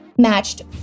matched